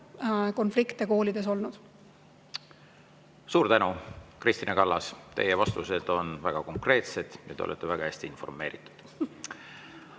konflikte koolides ei ole olnud. Suur tänu, Kristina Kallas! Teie vastused on väga konkreetsed ja te olete väga hästi informeeritud.